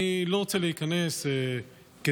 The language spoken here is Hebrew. אני לא רוצה להיכנס לכדאיות,